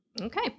Okay